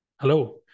Hello